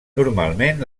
normalment